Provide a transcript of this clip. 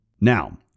Now